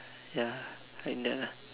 ya like that ah